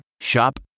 Shop